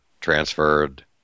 transferred